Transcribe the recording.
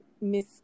Miss